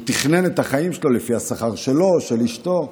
הוא תכנן את החיים שלו לפי השכר שלו, של אשתו,